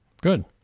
good